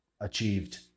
Achieved